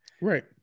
Right